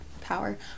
Power